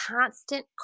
constant